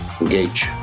Engage